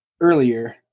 earlier